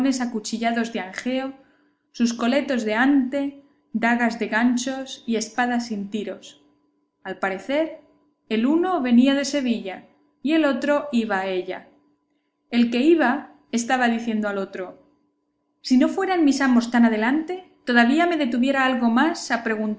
jubones acuchillados de anjeo sus coletos de ante dagas de ganchos y espadas sin tiros al parecer el uno venía de sevilla y el otro iba a ella el que iba estaba diciendo al otro si no fueran mis amos tan adelante todavía me detuviera algo más